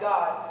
God